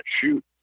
shoot